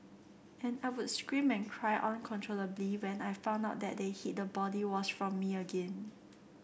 and I would scream and cry uncontrollably when I found out that they'd hid the body wash from me again